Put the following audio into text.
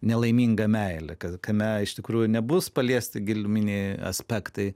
nelaimingą meilę kad kame iš tikrųjų nebus paliesti gelminiai aspektai